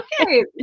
okay